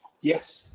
yes